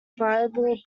viable